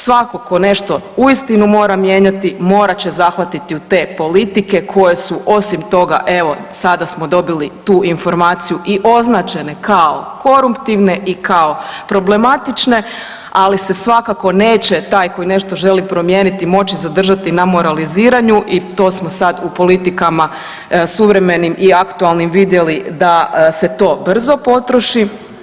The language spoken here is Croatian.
Svatko tko uistinu nešto mora mijenjati, morat će zahvatiti u te politike koje su osim toga evo sada smo dobili tu informaciju i označene kao koruptivne i kao problematične, ali se svakako neće taj koji želi nešto promijeniti moći zadržati na moraliziranju i to smo sad u politikama suvremenim i aktualnim vidjeli da se to brzo potroši.